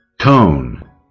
Tone